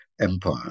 empire